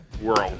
world